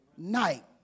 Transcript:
night